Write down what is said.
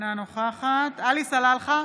אינה נוכחת עלי סלאלחה,